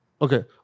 Okay